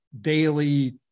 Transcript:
daily